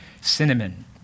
cinnamon